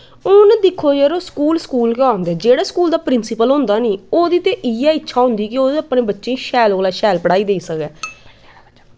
हून दिक्खो जरो स्कूल स्कूल गै होंदे जेह्ड़ा स्कूल दा प्रिंसीपल होंदा नी ओह्दी ते इयां इच्छा होंदी कि ओह् अपने बच्चेंई शैल कोला शैल पढ़ाई देई सकै